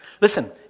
Listen